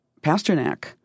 Pasternak